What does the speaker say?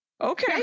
okay